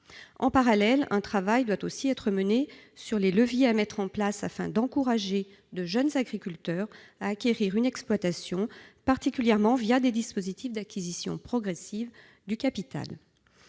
En parallèle, un travail doit aussi être mené sur les leviers à mettre en place afin d'encourager de jeunes agriculteurs à acquérir une exploitation, particulièrement des dispositifs d'acquisition progressive du capital.